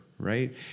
right